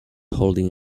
holding